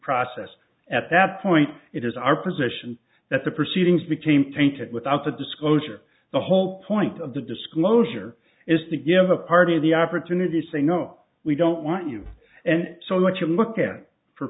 process at that point it is our position that the proceedings became tainted without the disclosure the whole point of the disclosure is to give a party the opportunity to say no we don't want you and so much to look at for